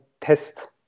test